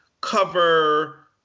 cover